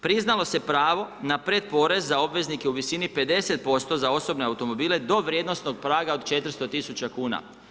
Priznalo se pravo na pretporez za obveznike u visini 50% za osobne automobile do vrijednosnog praga od 400 tisuća kuna.